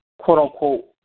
quote-unquote